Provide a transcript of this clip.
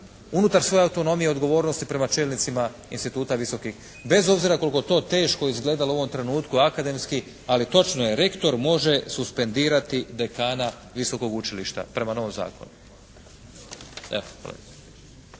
unutar svoje autonomije i odgovornosti prema čelnicima instituta visokih, bez obzira koliko to teško izgledalo u ovom trenutku akademski, ali točno je rektor može suspendirati dekana visokog učilišta prema novom zakonu.